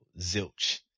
zilch